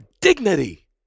dignity